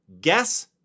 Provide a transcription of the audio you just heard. guess